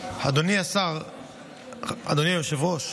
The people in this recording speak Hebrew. אדוני היושב-ראש,